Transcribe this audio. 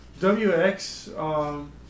WX